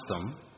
custom